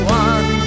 one